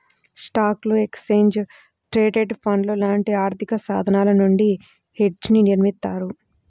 స్టాక్లు, exchange traded ఫండ్లు లాంటి ఆర్థికసాధనాల నుండి హెడ్జ్ని నిర్మిత్తారు